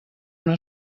una